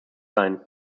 sein